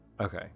Okay